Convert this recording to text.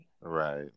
right